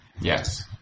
Yes